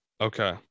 Okay